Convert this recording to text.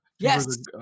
yes